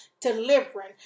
delivering